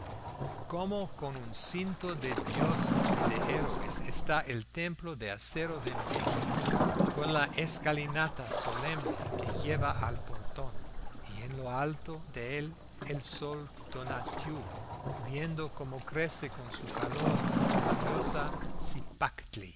como con un cinto de dioses y de héroes está el templo de acero de méxico con la escalinata solemne que lleva al portón y en lo alto de él el sol tonatiuh viendo como crece con su calor la diosa